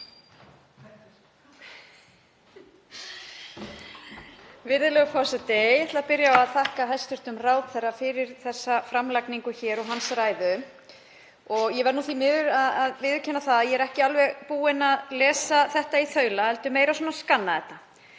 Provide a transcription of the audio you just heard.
Virðulegur forseti. Ég ætla að byrja á að þakka hæstv. ráðherra fyrir þessa framlagningu og ræðu hans. Ég verð því miður að viðurkenna að ég er ekki alveg búin að lesa þetta í þaula heldur meira svona að skanna það.